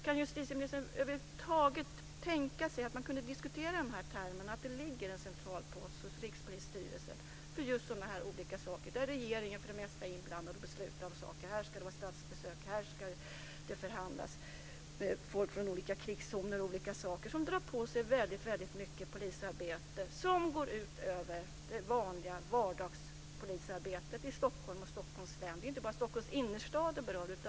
Kan justitieministern över huvud taget tänka sig att diskutera i termer av att det ligger en central pott hos Rikspolisstyrelsen för just sådana olika saker där regeringen för det mesta är inblandad och beslutar? Här ska det vara statsbesök. Här ska det förhandlas med människor från olika krigszoner och om olika saker. Det här drar på sig väldigt mycket polisarbete. Det går ut över det vanliga vardagspolisarbetet i Stockholms stad och i Stockholms län. Det berör inte bara Stockholms innerstad.